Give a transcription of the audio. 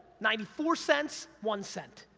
ninety four cents, one cent.